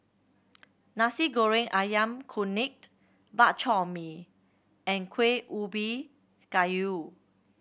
Nasi Goreng Ayam Kunyit Bak Chor Mee and Kueh Ubi Kayu